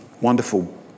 wonderful